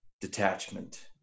detachment